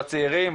בצעירים,